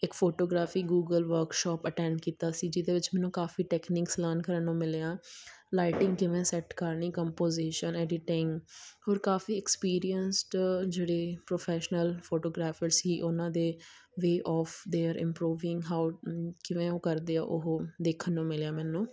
ਇੱਕ photography Google workshop attend ਕੀਤਾ ਸੀ ਜਿਹਦੇ ਵਿੱਚ ਮੈਨੂੰ ਕਾਫ਼ੀ ਟੈਕਨੀਕਸ ਲਰਨ ਕਰਨ ਨੂੰ ਮਿਲੀਆਂ ਲਾਈਟਿੰਗ ਕਿਵੇਂ ਸੈੱਟ ਕਰਨੀ ਕੰਪੋਜੀਸ਼ਨ ਐਡੀਟਿੰਗ ਹੋਰ ਕਾਫ਼ੀ ਐਕਸਪੀਰੀਅੰਸਡ ਜਿਹੜੇ ਪ੍ਰੋਫੈਸ਼ਨਲ ਫੋਟੋਗ੍ਰਾਫਰ ਸੀ ਉਹਨਾਂ ਦੇ way of their improving how ਕਿਵੇਂ ਉਹ ਕਰਦੇ ਆ ਉਹ ਦੇਖਣ ਨੂੰ ਮਿਲਿਆ ਮੈਨੂੰ